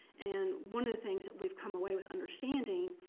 and one of the things that we've come away with understanding,